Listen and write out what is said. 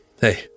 Hey